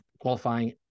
Qualifying